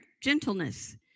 Gentleness